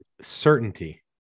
certainty